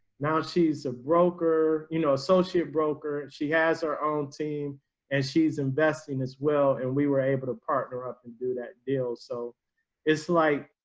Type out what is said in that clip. now she's a broker, you know, associate broker and she has our own team and she's invested as well and we were able to partner up and do that deal. so it's like,